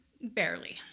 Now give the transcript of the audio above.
Barely